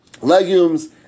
legumes